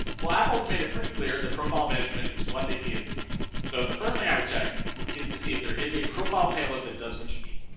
well apples made it pretty clear that profile management is what they see is the future. so the first thing i would check is to see if there is a profile payload that does what you need.